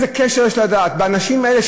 איזה קשר לדת יש לאנשים האלה,